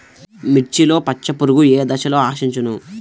మిర్చిలో పచ్చ పురుగు ఏ దశలో ఆశించును?